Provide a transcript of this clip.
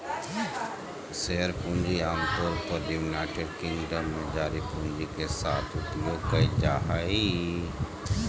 share पूंजी आमतौर पर यूनाइटेड किंगडम में जारी पूंजी के साथ उपयोग कइल जाय हइ